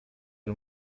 del